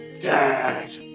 dead